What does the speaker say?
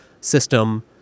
system